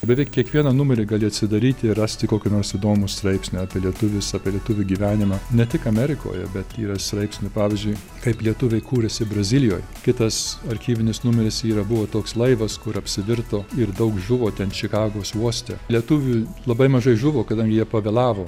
beveik kiekvieną numerį gali atsidaryti ir rasti kokį nors įdomų straipsnį apie lietuvius apie lietuvių gyvenimą ne tik amerikoje bet yra straipsnių pavyzdžiui kaip lietuviai kūrėsi brazilijoj kitas archyvinis numeris yra buvo toks laivas kur apsivirto ir daug žuvo ten čikagos uoste lietuvių labai mažai žuvo kadangi jie pavėlavo